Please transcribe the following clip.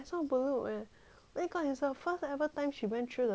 oh my god it's the first ever time she went through the tunnel eh